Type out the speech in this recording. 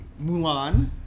Mulan